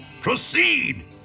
Proceed